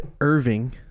Irving